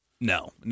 No